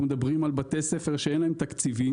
אנחנו מדברים על בתי ספר שאין להם תקציבים